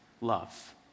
love